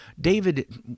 David